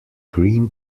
green